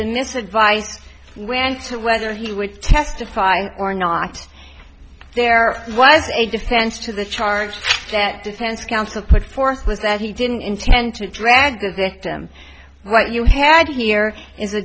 advice went to whether he would testify or not there was a defense to the charge that defense counsel put forth was that he didn't intend to drag the victim what you had here i